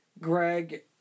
Greg